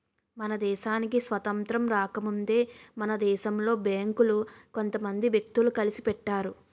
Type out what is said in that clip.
మన దేశానికి స్వాతంత్రం రాకముందే మన దేశంలో బేంకులు కొంత మంది వ్యక్తులు కలిసి పెట్టారు